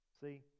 See